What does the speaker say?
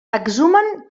exhumen